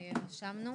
רשמנו.